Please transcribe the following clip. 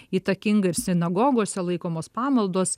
įtakinga ir sinagogose laikomos pamaldos